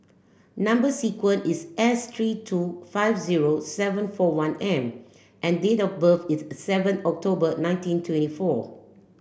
number sequence is S three two five zero seven four one M and date of birth is seven October nineteen twenty four